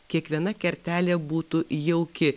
kiekviena kertelė būtų jauki